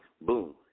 boom